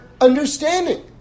understanding